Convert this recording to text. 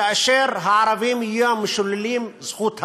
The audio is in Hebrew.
כאשר הערבים יהיו משוללים זכות הצבעה.